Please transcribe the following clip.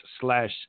slash